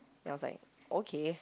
and I was like okay